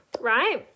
right